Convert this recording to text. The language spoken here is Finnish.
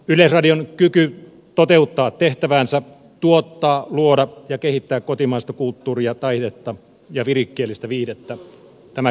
yleisradion kyky toteuttaa tehtäväänsä tuottaa luoda ja kehittää kotimaista kulttuuria taidetta ja virikkeellistä viihdettä paranee